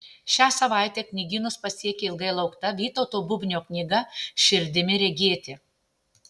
šią savaitę knygynus pasiekė ilgai laukta vytauto bubnio knyga širdimi regėti